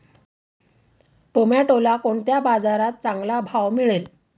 टोमॅटोला कोणत्या बाजारात चांगला भाव मिळेल?